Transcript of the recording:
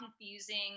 confusing